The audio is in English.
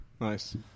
nice